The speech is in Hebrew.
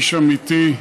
איש אמיתי.